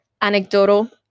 anecdotal